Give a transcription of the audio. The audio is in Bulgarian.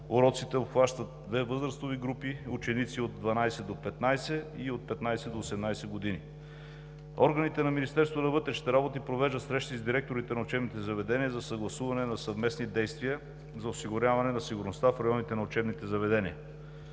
Уроците обхващат две възрастови групи ученици – от 12 до 15 и от 15 до 18 години. Органите на Министерството на вътрешните работи провеждат срещи с директорите на учебните заведения за съгласуване на съвместни действия за осигуряване на сигурността в районите на учебните заведения.